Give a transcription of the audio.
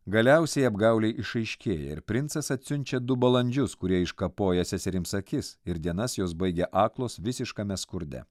galiausiai apgaulė išaiškėja ir princas atsiunčia du balandžius kurie iškapoja seserims akis ir dienas jos baigia aklos visiškame skurde